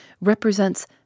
represents